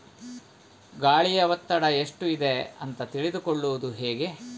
ಗಾಳಿಯ ಒತ್ತಡ ಎಷ್ಟು ಇದೆ ಅಂತ ತಿಳಿದುಕೊಳ್ಳುವುದು ಹೇಗೆ?